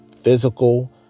physical